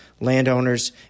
landowners